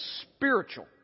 spiritual